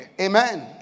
Amen